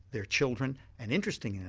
their children and interestingly